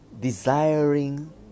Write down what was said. desiring